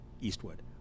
Eastwood